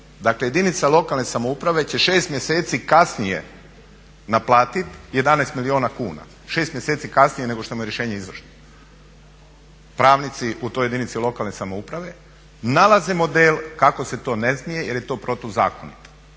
jedinica lokalne samouprave će 6 mjeseci kasnije naplatit 11 milijuna kuna, 6 mjeseci kasnije nego što mu je rješenje …/Govornik se ne razumije./… Pravnici u toj jedinici lokalne samouprave nalaze model kako se to ne smije jer je to protuzakonito.